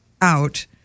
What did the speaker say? out